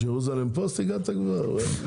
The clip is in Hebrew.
הישיבה ננעלה בשעה